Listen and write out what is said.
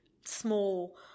small